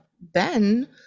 Ben